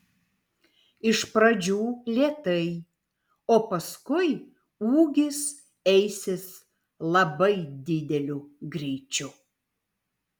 iš pradžių lėtai o paskui ūgis eisis labai dideliu greičiu